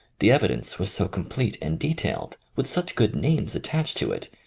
the evidence was so complete and detailed, with such good names attached to it,